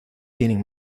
tienen